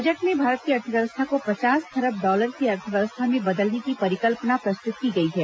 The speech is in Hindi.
बजट में भारत की अर्थव्यवस्था को पचास खरब डॉलर की अर्थव्यवस्था में बदलने की परिकल्पना प्रस्तुत की गई है